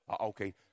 Okay